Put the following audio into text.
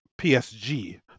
PSG